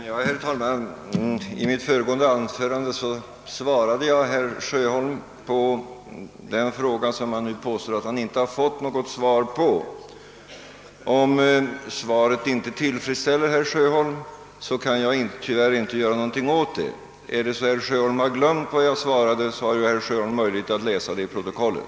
Herr talman! I mitt föregående anförande besvarade jag den fråga av herr Sjöholm som han nu påstår att han inte fått något svar på. Om mitt svar inte tillfredsställer herr Sjöholm kan jag tyvärr inte göra någonting åt det. Har herr Sjöholm däremot glömt bort vad jag svarade, har han ju möjlighet att läsa det i protokollet.